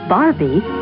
Barbie